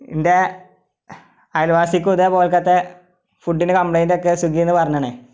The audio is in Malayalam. എൻ്റെ അയൽവാസിക്കും ഇതേപോലക്കത്തെ ഫുഡ്ഡിന് കമ്പ്ലെയ്ൻ്റൊക്കെ സ്വിഗ്ഗിയിൽ നിന്ന് പറഞ്ഞ്ണ്